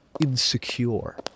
insecure